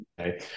Okay